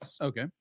Okay